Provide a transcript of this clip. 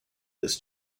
this